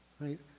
right